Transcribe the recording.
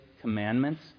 commandments